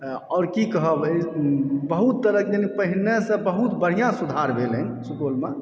और की कहब अइ बहुत तरहके पहिनेसऽ बहुत बढ़िया सुधार भेल हन सुपौल मे